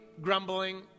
grumbling